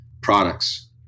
products